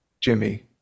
Jimmy